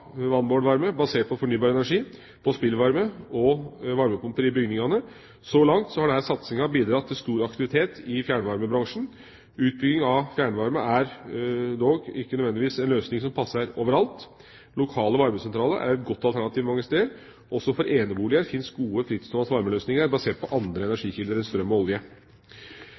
varme basert på fornybar energi, spillvarme og varmepumper i bygningene. Så langt har denne satsinga bidratt til stor aktivitet i fjernvarmebransjen. Utbygging av fjernvarme er dog ikke nødvendigvis en løsning som passer over alt. Lokale varmesentraler er et godt alternativ mange steder. Også for eneboliger fins gode frittstående varmeløsninger basert på andre energikilder enn strøm og olje.